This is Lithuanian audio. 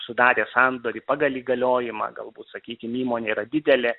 sudarė sandorį pagal įgaliojimą galbūt sakykime įmonė yra didelė